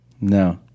no